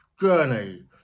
journey